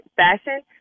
fashion